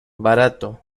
barato